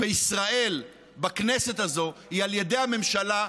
בישראל בכנסת הזאת היא על ידי הממשלה,